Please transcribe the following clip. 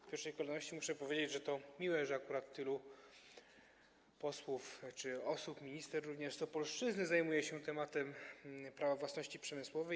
W pierwszej kolejności muszę powiedzieć, że to miłe, że akurat tylu posłów czy tyle osób, również minister z Opolszczyzny, zajmuje się tematem Prawa własności przemysłowej.